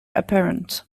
apparent